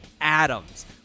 Adams